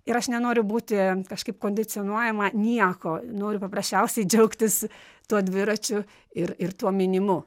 ir aš nenoriu būti kažkaip kondicionuojama nieko noriu paprasčiausiai džiaugtis tuo dviračiu ir ir tuo minimu